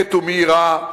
הוגנת ומהירה,